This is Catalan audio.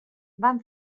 van